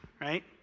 Right